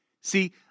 See